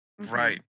Right